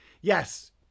Yes